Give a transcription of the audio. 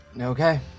Okay